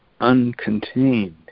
uncontained